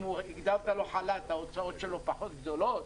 אם הגדרת לו חל"ת, ההוצאות שלו פחות גדולות?